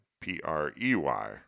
P-R-E-Y